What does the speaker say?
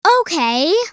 Okay